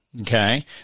Okay